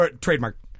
trademark